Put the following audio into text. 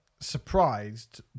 surprised